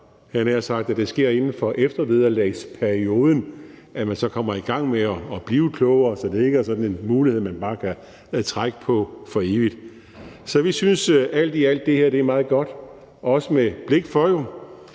jeg nær sagt, at man inden for eftervederlagsperioden kommer i gang med at blive klogere, så det ikke er sådan en mulighed, man bare kan trække på for evigt. Så vi synes alt i alt, at det her er meget godt, og det er jo